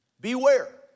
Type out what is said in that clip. Beware